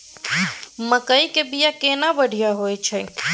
मकई के बीया केना बढ़िया होय छै?